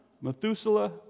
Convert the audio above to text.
Methuselah